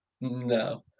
No